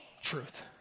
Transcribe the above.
truth